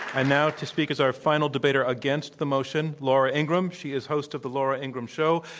and now to speak as our final debater against the motion, laura ingraham. she is host of the laura ingraham show.